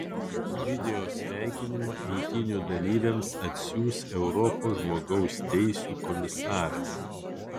video sveikinimą eitynių dalyviams atsiųs europos žmogaus teisių komisaras